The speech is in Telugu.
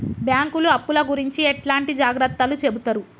బ్యాంకులు అప్పుల గురించి ఎట్లాంటి జాగ్రత్తలు చెబుతరు?